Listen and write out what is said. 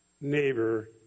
neighbor